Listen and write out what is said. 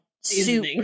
soup